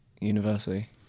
university